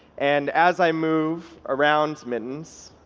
and as i move around mittens,